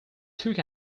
took